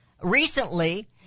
Recently